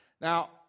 Now